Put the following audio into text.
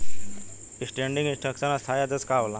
Standing instruction स्थाई आदेश का होला?